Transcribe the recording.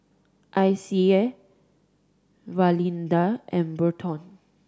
Icey Valinda and Burton